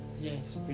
Yes